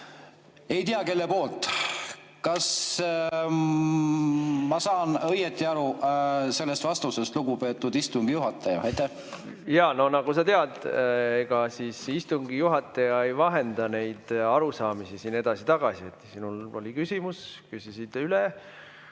ei tea kes. Kas ma saan õigesti aru sellest vastusest, lugupeetud istungi juhataja? Jaa, no nagu sa tead, ega istungi juhataja ei vahenda neid arusaamisi siin edasi-tagasi. Sinul oli küsimus, sa küsisid üle,